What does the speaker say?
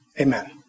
Amen